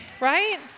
Right